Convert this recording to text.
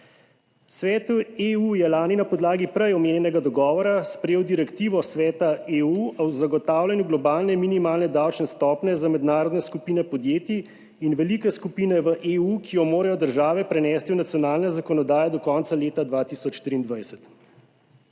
Svet EU je lani na podlagi prej omenjenega dogovora, sprejel direktivo Sveta EU o zagotavljanju globalne minimalne davčne stopnje za mednarodne skupine podjetij in velike skupine v EU, ki jo morajo države prenesti v nacionalno zakonodajo do konca leta 2023.